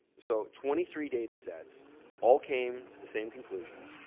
so twenty three data sets all came to the same conclusion,